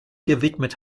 gewidmet